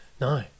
No